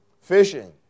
fishing